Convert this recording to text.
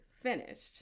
finished